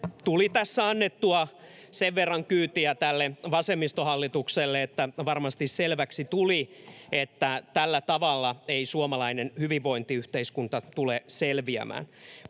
tuli tässä annettua sen verran kyytiä tälle vasemmistohallitukselle, että varmasti selväksi tuli, että tällä tavalla ei suomalainen hyvinvointiyhteiskunta tule selviämään.